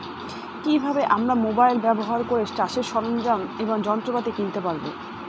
কি ভাবে আমরা মোবাইল ব্যাবহার করে চাষের সরঞ্জাম এবং যন্ত্রপাতি কিনতে পারবো?